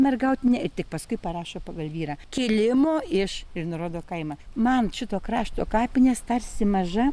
mergautinę ir tik paskui parašo pagal vyrą kilimo iš ir nurodo kaimą man šito krašto kapinės tarsi maža